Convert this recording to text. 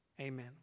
Amen